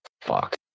fuck